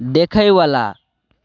देखयवला